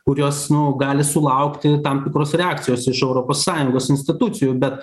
kurios nu gali sulaukti tam tikros reakcijos iš europos sąjungos institucijų bet